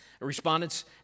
respondents